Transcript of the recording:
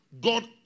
God